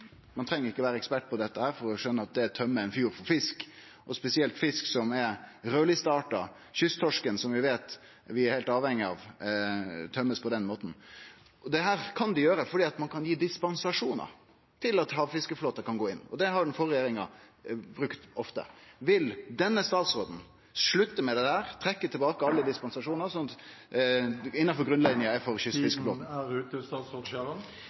Ein treng ikkje å vere ekspert på dette for å skjøne at det tømmer ein fjord for fisk. Spesielt fisk som er raudlista, f.eks. kysttorsken, som vi er heilt avhengige av, blir tømt på denne måten. Dette kan dei gjere fordi ein kan gi dispensasjonar til at havfiskeflåten kan gå inn. Det gjorde den førre regjeringa ofte. Vil denne statsråden slutte med det og trekkje tilbake alle dispensasjonar, slik at området innanfor grunnlinja er for kystfiskeflåten? Kvotemeldingen er